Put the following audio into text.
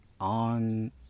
on